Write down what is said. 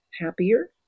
happier